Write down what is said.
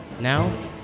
Now